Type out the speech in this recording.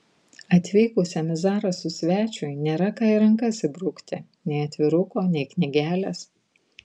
atvykusiam į zarasus svečiui nėra ką į rankas įbrukti nei atviruko nei knygelės